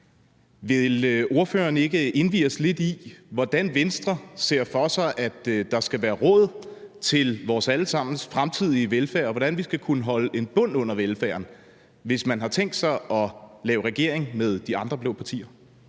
Vil ordføreren ikke indvie os lidt i, hvordan Venstre ser for sig, at der skal være råd til vores alle sammens fremtidige velfærd, og hvordan vi skal kunne holde en bund under velfærden, hvis man har tænkt sig at danne regering med de andre blå partier?